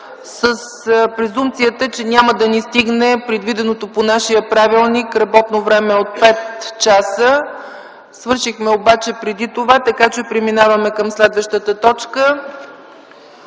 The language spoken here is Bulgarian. с презумпцията, че няма да ни стигне предвиденото по нашия правилник работно време от пет часа. Свършихме преди това, така че преминаваме към следващата точка: